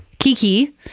Kiki